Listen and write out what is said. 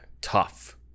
Tough